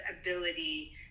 ability